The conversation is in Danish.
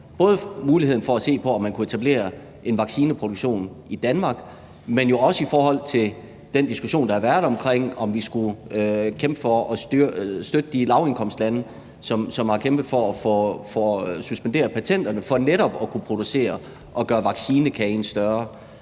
om muligheden for at se på, om man kunne etablere en vaccineproduktion i Danmark, men jo også om den diskussion, der har været om, om vi skulle kæmpe for at støtte de lavindkomstlande, som har kæmpet for at suspendere patenterne for netop at kunne producere og gøre vaccinekagen større.